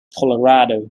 colorado